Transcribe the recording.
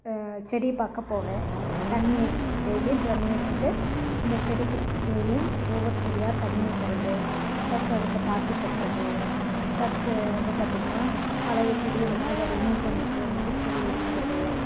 செடியை பார்க்க போவேன் தண்ணி எடுத்துட்டு டெய்லியும் தண்ணி எடுத்துட்டு அந்த செடிக்கு டெய்லியும் ஒவ்வொரு செடியாக தண்ணி ஊற்றுறது ப்ளஸ் அதுக்கு பாத்தி கட்டுறது ப்ளஸ்ஸு வந்து பார்த்திங்கன்னா பழைய செடி இருந்தால் அதை ரிமூவ் பண்ணிட்டு புது செடி வைக்கிறது